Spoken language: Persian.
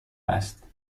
است